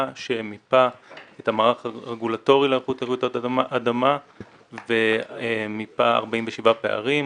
שמיפה את המערך הרגולטורי להיערכות לרעידות אדמה ומיפה 47 פערים.